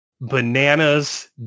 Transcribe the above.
bananas